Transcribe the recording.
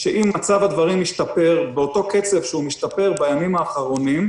שאם מצב הדברים ישתפר באותו קצב שהוא משתפר בימים האחרונים,